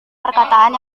perkataan